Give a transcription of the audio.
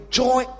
joy